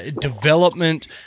development